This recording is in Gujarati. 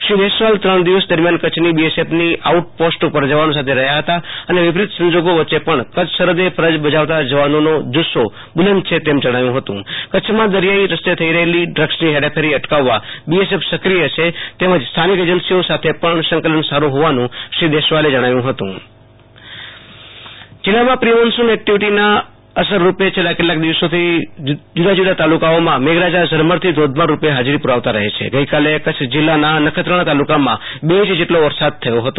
શ્રી દેશવાલ ત્રણ દિવસ દરમિયાન કચ્છની બીએસએફની આઉટ પોસ્ટ ઉપર જવાનો સાથે રહ્યા હતા અને વિપરિત સંજોગો વચ્ચે પણ કચ્છ સરહદે ફરજ બજાવતા જવાનોનો જુસ્સો બુલંદ છે તેમ જણાવ્યું હતું કચ્છમાં દરિથાઈ રસ્તે થઈ રહેલી ડ્રગ્સની હેરાફેરી અટકાવવા બીએસએફ સક્રિય છે તેમજ સ્થાનિક એજન્સીઓ સાથે પણ સંકલન સારૂં હોવાનું શ્રી દેશવાલે જણાવ્યું હતું આશુ તોષ અંતાણી કચ્છઃ વરસાદ જિલ્લામાં પ્રિ મોન્સૂ ન એક્ટિવીટીની અસરરૂપે છેલ્લા કેટલાક દિવસોથી જૂદા જૂદા તાલુકાઓમાં મેઘરાજા ઝરમરથી ધોધમારરૂપે હાજરી પૂ રાવતા રહે છે ગઈકાલે પશ્ચિમ કચ્છના નર્ખત્રોણા તાલુકામાં બે ઈંચ જેટલો વરસાદ થયો હતો